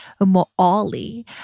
Moali